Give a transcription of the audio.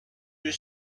you